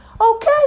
Okay